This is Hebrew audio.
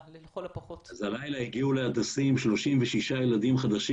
הלילה הגיעו להדסים 36 ילדים חדשים